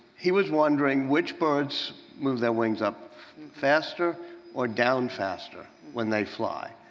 he was wondering which birds move their wings up faster or down faster when they fly.